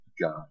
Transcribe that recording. God